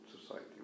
society